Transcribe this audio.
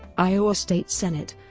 iowa state senate